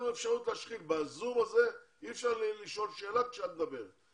ב-זום הזה אי אפשר לשאול שאלה כשאת מדברת.